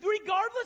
Regardless